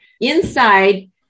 inside